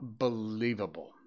Unbelievable